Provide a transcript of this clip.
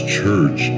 church